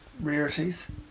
rarities